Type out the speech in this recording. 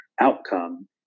outcome